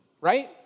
right